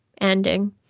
ending